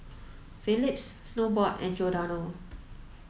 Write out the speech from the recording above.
Philips Snowbrand and Giordano